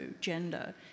gender